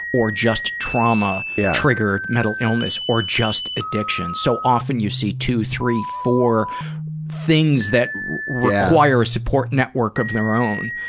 or just trauma-triggered mental illness, or just addiction. so, often you see two, three, four things that require a support network of their own,